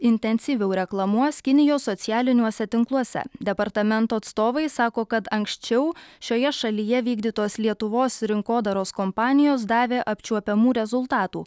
intensyviau reklamuos kinijos socialiniuose tinkluose departamento atstovai sako kad anksčiau šioje šalyje vykdytos lietuvos rinkodaros kompanijos davė apčiuopiamų rezultatų